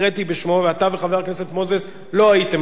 ואתה וחבר הכנסת מוזס לא הייתם פה,